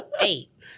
eight